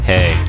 Hey